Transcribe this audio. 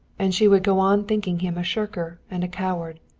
and she would go on thinking him a shirker and a coward.